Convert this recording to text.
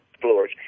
floors